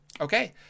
Okay